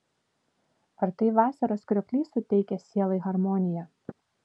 ar tai vasaros krioklys suteikia sielai harmoniją